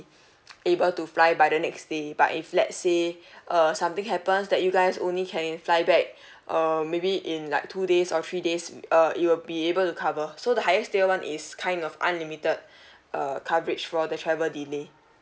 able to fly by the next day but if let's say uh something happens that you guys only can fly back err maybe in like two days or three days uh it will be able to cover so the highest tier one is kind of unlimited uh coverage for the travel delay